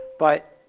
but,